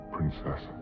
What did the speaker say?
Princess